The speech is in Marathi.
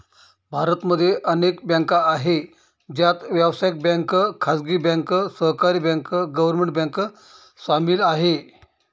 भारत मध्ये अनेक बँका आहे, ज्यात व्यावसायिक बँक, खाजगी बँक, सहकारी बँक, गव्हर्मेंट बँक सामील आहे